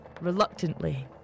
reluctantly